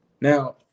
Now